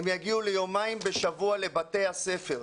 הם יגיעו לבתי הספר ליומיים בשבוע.